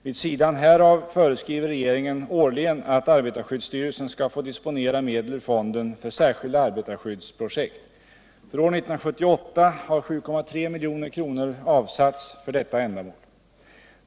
Vid sidan härav föreskriver regeringen årligen att arbetarskyddsstyrelsen skall få disponera medel ur fonden för särskilda arbetarskyddsprojekt. För år 1978 har 7,3 milj.kr. avsatts för detta ändamål.